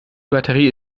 batterie